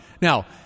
Now